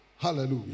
Hallelujah